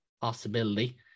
possibility